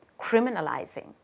criminalizing